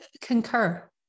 concur